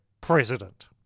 president